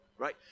right